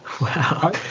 Wow